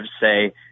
say